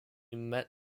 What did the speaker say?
met